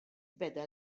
beda